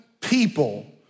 people